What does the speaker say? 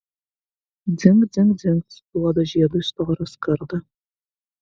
dzingt dzingt dzingt suduoda žiedu į storą skardą